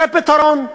זה פתרון.